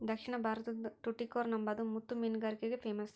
ದಕ್ಷಿಣ ಭಾರತುದ್ ಟುಟಿಕೋರ್ನ್ ಅಂಬಾದು ಮುತ್ತು ಮೀನುಗಾರಿಕ್ಗೆ ಪೇಮಸ್ಸು